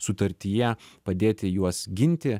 sutartyje padėti juos ginti